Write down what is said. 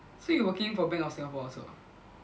so you're working for bank of Singapore also